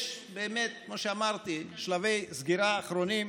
יש, באמת, כמו שאמרתי, שלבי סגירה אחרונים,